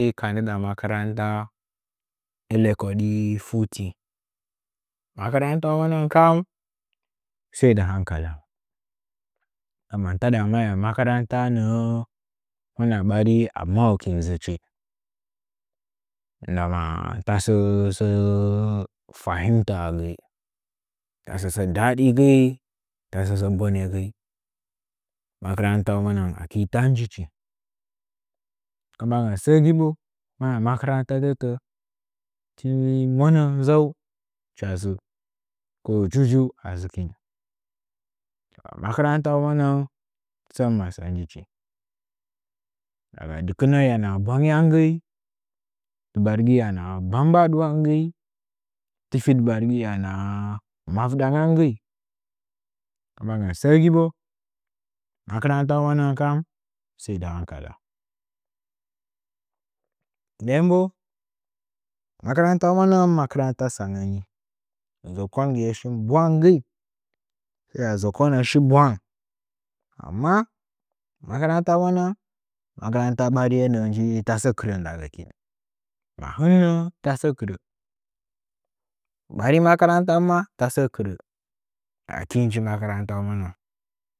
Makaranta i lokaci forty makarant tanəngən kam sai dɨ hankala amma tada may makaranta nə’ə huda ɓarin a ma’ochi a dzə’əzhi n dama tasə fahimta gzi tasə sə daɗi gəi tasə sə bone gzi makaran taunəngən aki tan nji kum e ndi dangin sə gi bo tii mwana nzəung ko jejeung hɨcha dzu makarantaunəngən sən masəə nji chi daga dilkilnal hiya naha ɓarin dɨbargi hiya naha gbanh ɓari tifi dɨbargi hiya naha mazba ɓarin kuma masəə gi bo makarantaunəngən kam sai dɨ hankala dem bo makarantaunəngən makaranta sangə ni zəkongiyeshin bwan gəi hiya zəkonə shi buking amma makaran taunəngaŋ makaranta ariye nə’ə nji ta sə kirə nda gəkin nggam a eh tasə kɨrə ɓari makarantan maa tasə kɨrə aki nji makaran tau nəngən.